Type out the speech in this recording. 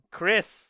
Chris